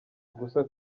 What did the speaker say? gusa